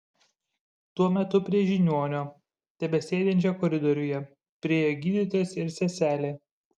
tuo metu prie žiniuonio tebesėdinčio koridoriuje priėjo gydytojas ir seselė